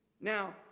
Now